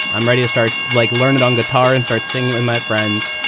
i'm ready to start like learned on guitar and start singing with my friends.